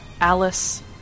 Alice